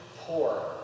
poor